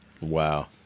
wow